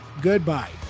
Goodbye